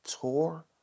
tour